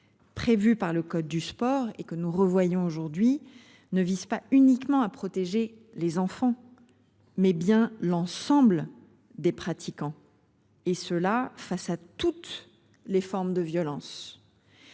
Prévu par le code du sport et que nous revoyons aujourd'hui ne vise pas uniquement à protéger les enfants. Mais bien l'ensemble des pratiquants et ceux-là, face à toutes les formes de violence.